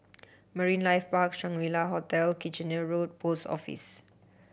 Marine Life Park Shangri La Hotel Kitchener Road Post Office